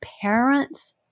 parents